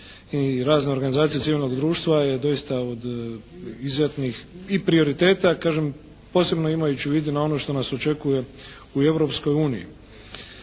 i razne organizacije civilnog društva je doista od izuzetnih i prioriteta kažem posebno imajući u vidu na ono što nas očekuje u Europskoj uniji.